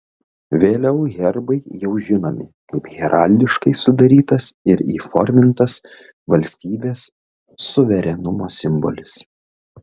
vėliau herbai jau žinomi kaip heraldiškai sudarytas ir įformintas valstybės suverenumo simbolis